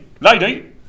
Lady